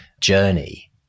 journey